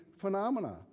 phenomena